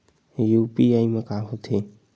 UPI मा का होथे?